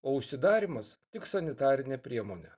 o užsidarymas tik sanitarinė priemonė